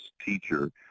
teacher